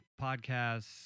podcasts